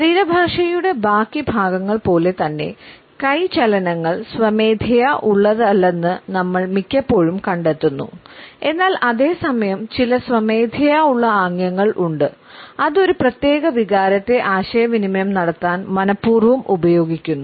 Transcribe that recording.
ശരീരഭാഷയുടെ ബാക്കി ഭാഗങ്ങൾ പോലെ തന്നേ കൈ ചലനങ്ങൾ സ്വമേധയാ ഉള്ളതല്ലെന്ന് നമ്മൾ മിക്കപ്പോഴും കണ്ടെത്തുന്നു എന്നാൽ അതേ സമയം ചില സ്വമേധയാ ഉള്ള ആംഗ്യങ്ങൾ ഉണ്ട് അത് ഒരു പ്രത്യേക വികാരത്തെ ആശയവിനിമയം നടത്താൻ മനപൂർവ്വം ഉപയോഗിക്കുന്നു